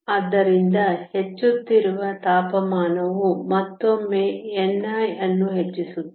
ಆದ್ದರಿಂದ ಹೆಚ್ಚುತ್ತಿರುವ ತಾಪಮಾನವು ಮತ್ತೊಮ್ಮೆ ni ಅನ್ನು ಹೆಚ್ಚಿಸುತ್ತದೆ